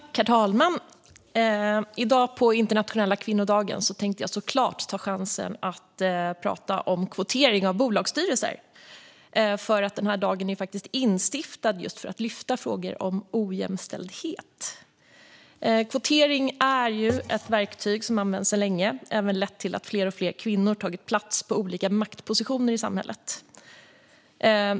Herr talman! I dag på internationella kvinnodagen tänkte jag såklart ta chansen att tala om kvotering av bolagsstyrelser. Den här dagen är ju instiftad för att man ska kunna lyfta upp frågor om ojämställdhet. Kvotering är ett verktyg som används sedan länge, och det har även lett till att fler och fler kvinnor har kunnat ta plats på olika maktpositioner i samhället.